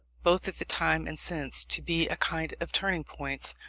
both at the time and since, to be a kind of turning points,